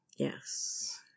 Yes